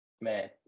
Man